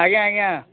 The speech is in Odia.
ଆଜ୍ଞା ଆଜ୍ଞା